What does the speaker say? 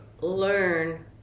learn